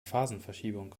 phasenverschiebung